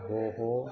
गोः